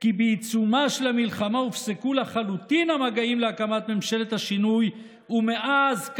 כי בעיצומה של המלחמה הופסקו לחלוטין המגעים להקמת ממשלת השינוי ומאז,